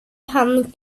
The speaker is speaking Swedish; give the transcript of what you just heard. han